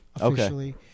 officially